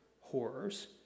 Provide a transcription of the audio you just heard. horrors